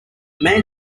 man